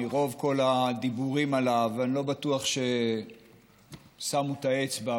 מרוב כל הדיבורים עליו אני לא בטוח ששמו את האצבע,